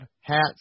hats